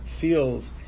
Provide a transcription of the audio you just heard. feels